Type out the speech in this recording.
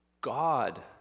God